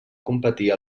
competir